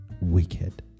wicked